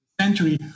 century